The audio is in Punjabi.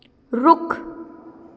ਰੁੱਖ